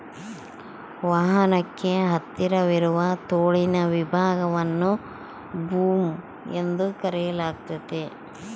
ವಾಹನಕ್ಕೆ ಹತ್ತಿರವಿರುವ ತೋಳಿನ ವಿಭಾಗವನ್ನು ಬೂಮ್ ಎಂದು ಕರೆಯಲಾಗ್ತತೆ